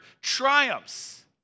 triumphs